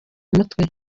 mutwe